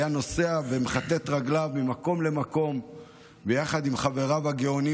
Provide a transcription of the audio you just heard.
הוא היה נוסע ומכתת רגליו ממקום למקום ביחד עם חבריו הגאונים,